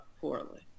poorly